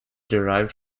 derived